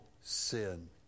sin